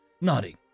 nodding